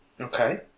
Okay